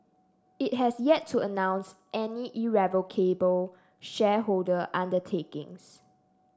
it has yet to announce any irrevocable shareholder undertakings